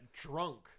drunk